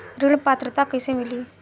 ऋण पात्रता कइसे मिली?